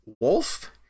Wolf